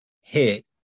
hit